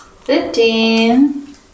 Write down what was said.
fifteen